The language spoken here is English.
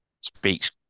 speaks